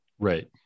Right